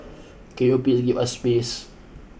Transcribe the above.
can you please give us space